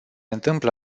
întâmplă